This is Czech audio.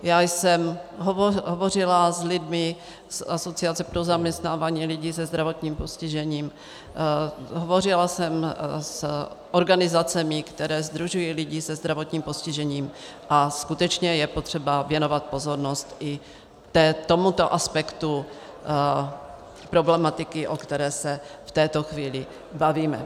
Já jsem hovořila s lidmi z Asociace pro zaměstnávání lidí se zdravotním postižením, hovořila s organizacemi, které sdružují lidi se zdravotním postižením, a skutečně je potřeba věnovat pozornost i tomuto aspektu problematiky, o které se v této chvíli bavíme.